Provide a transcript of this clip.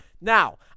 Now